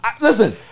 Listen